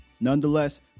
nonetheless